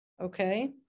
Okay